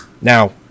Now